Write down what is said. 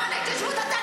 למען ההתיישבות.